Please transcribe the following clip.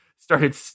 Started